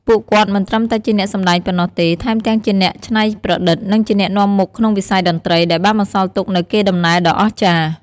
ពួកគាត់មិនត្រឹមតែជាអ្នកសំដែងប៉ុណ្ណោះទេ ថែមទាំងជាអ្នកច្នៃប្រឌិត និងជាអ្នកនាំមុខក្នុងវិស័យតន្ត្រី ដែលបានបន្សល់ទុកនូវកេរដំណែលដ៏អស្ចារ្យ។